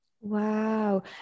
Wow